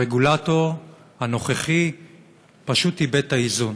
הרגולטור הנוכחי פשוט איבד את האיזון.